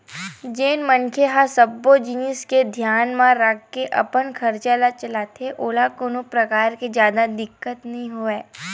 जेन मनखे ह सब्बो जिनिस ल धियान म राखके अपन खरचा ल चलाथे ओला कोनो परकार ले जादा दिक्कत नइ होवय